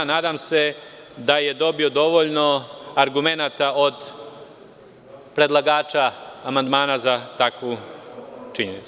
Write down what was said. Nadam se da je dobio dovoljno argumenata od predlagača amandmana za takvu činjenicu.